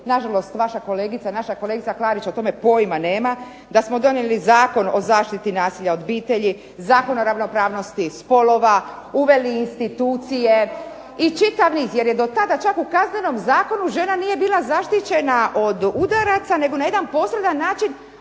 nažalost naša kolegica Klarić o tome nama pojma nema, da smo donijeli Zakon o zaštiti nasilja u obitelji, Zakon o ravnopravnosti spolova, uveli institucije i čitav niz, jer je do tada čak u Kaznenom zakonu žena nije bila zaštićena od udaraca nego na jedan posredan način